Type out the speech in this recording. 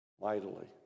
mightily